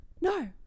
No